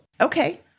Okay